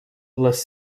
les